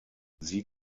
sie